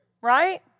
Right